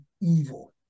evil